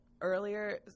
earlier